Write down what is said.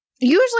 Usually